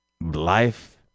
Life